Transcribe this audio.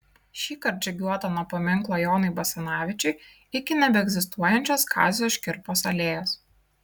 šįkart žygiuota nuo paminklo jonui basanavičiui iki nebeegzistuojančios kazio škirpos alėjos